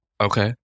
Okay